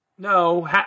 No